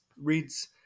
reads